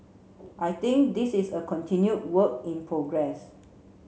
I think this is a continued work in progress